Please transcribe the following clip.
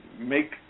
make